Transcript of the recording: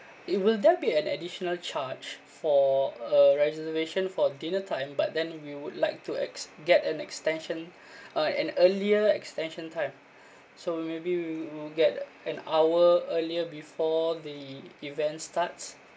it will there be an additional charge for a reservation for dinner time but then we would like to ex~ get an extension uh an earlier extension time so maybe we'll get an hour earlier before the event starts